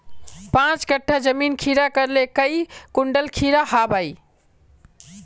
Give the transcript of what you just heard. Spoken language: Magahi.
पाँच कट्ठा जमीन खीरा करले काई कुंटल खीरा हाँ बई?